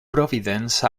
providence